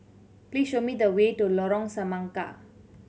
please show me the way to Lorong Semangka